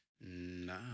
Nah